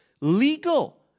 Legal